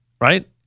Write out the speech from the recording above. right